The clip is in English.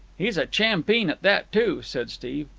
he's a champeen at that too, said steve.